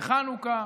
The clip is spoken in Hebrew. בחנוכה,